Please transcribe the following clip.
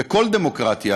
בכל דמוקרטיה.